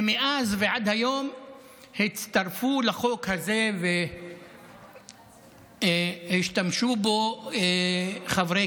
ומאז ועד היום הצטרפו לחוק הזה והשתמשו בו חברי